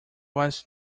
was